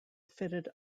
fitted